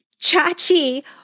Chachi